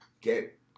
Get